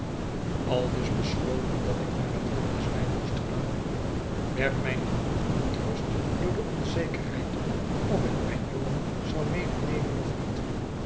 aldus besloten dat ik naar het wilde zwijn moest gaan werd mijn gemoed ontrust door de onzekerheid of ik mijn jongen zou medenemen of niet